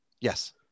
yes